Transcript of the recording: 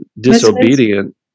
disobedient